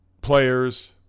players